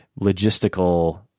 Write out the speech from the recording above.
logistical